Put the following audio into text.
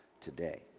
today